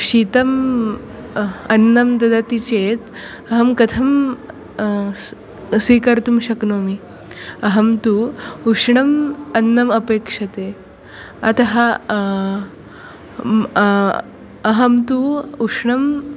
शीतम् अन्नं ददाति चेत् अहं कथं स्वीकर्तुं शक्नोमि अहं तु उष्णम् अन्नम् अपेक्ष्यते अतः अहं तु उष्णम्